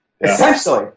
essentially